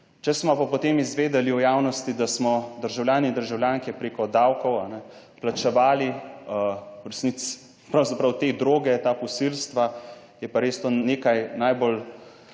Če smo pa, potem izvedeli v javnosti, da smo državljani in državljanke preko davkov plačevali v resnici pravzaprav te droge, ta posilstva je pa res to nekaj najbolj